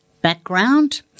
background